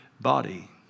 body